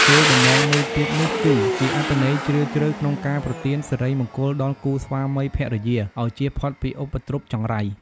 គោលបំណងមួយទៀតនោះគឺជាអត្ថន័យជ្រាលជ្រៅក្នុងការប្រទានសិរីមង្គលដល់គូស្វាមីភរិយាឲ្យចៀសផុតពីឧបទ្រពចង្រៃ។